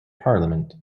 parliament